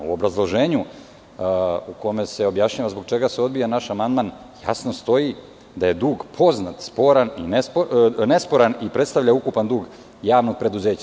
U obrazloženju, u kome se objašnjava zbog čega se odbija naš amandman, jasno stoji da je dug poznat, sporan i nesporan i predstavlja ukupan dug javnog preduzeća.